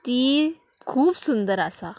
ती खूब सुंदर आसा